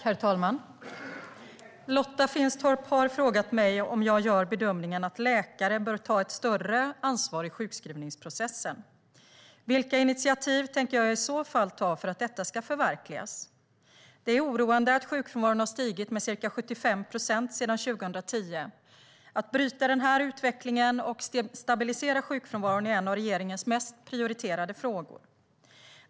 Herr talman! Lotta Finstorp har frågat mig om jag gör bedömningen att läkare bör ta ett större ansvar i sjukskrivningsprocessen. Vilka initiativ tänker jag i så fall ta för att detta ska förverkligas? Det är oroande att sjukfrånvaron har stigit med ca 75 procent sedan 2010. Att bryta denna utveckling och stabilisera sjukfrånvaron är en av regeringens mest prioriterade frågor.